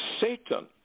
Satan